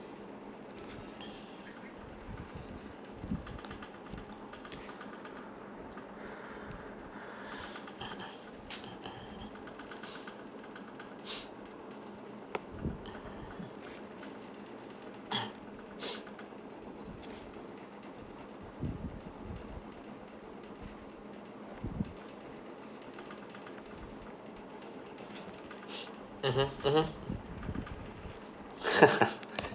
mmhmm mmhmm